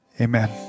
amen